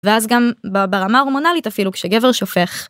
ואז גם ברמה הורמונלית אפילו, כשגבר שופך.